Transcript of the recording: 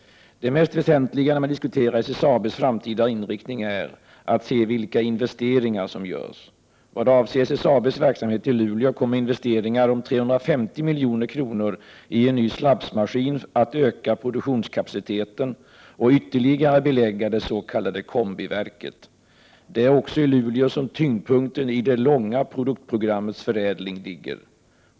Det mest väsentliga när man diskuterar SSAB:s framtida inriktning är att se vilka investeringar som görs. Vad avser SSAB:s verksamhet i Luleå kommer investeringar om 350 milj.kr. i en ny slabsmaskin att öka produktionskapaciteten och ytterligare belägga dets.k. kombiverket. Det är också i Luleå som tyngdpunkten i det långa produktprogrammets förädling ligger.